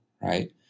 right